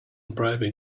bribing